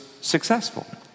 successful